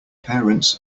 parents